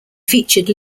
featured